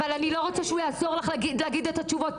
אבל אני לא רוצה שהוא יעזור לך להגיד את התשובות.